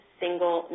single